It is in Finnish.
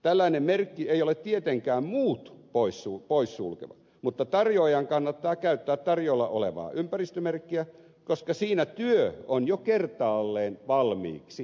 tällainen merkki ei ole tietenkään muut poissulkeva mutta tarjoajan kannattaa käyttää tarjolla olevaa ympäristömerkkiä koska siinä työ on jo kertaalleen valmiiksi tehty